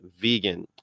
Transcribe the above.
vegan